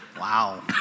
wow